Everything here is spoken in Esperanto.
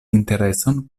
intereson